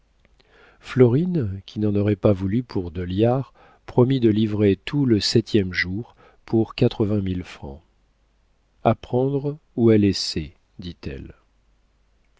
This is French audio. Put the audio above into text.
florine qui n'en aurait pas voulu pour deux liards promit de livrer tout le septième jour pour quatre-vingt mille francs a prendre ou à laisser dit-elle